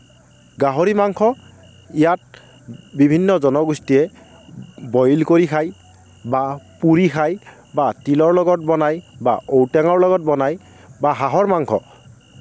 গাহৰি মাংস ইয়াত বিভিন্ন জনগোষ্ঠীয়ে বইল কৰি খায় বা পুৰি খায় বা তিলৰ লগত বনায় বা ঔটেঙাৰ লগত বনায় বা হাঁহৰ মাংস